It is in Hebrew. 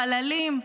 חללים,